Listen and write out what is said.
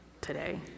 today